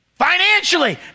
Financially